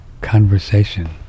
conversation